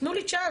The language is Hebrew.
תנו לי צ'אנס,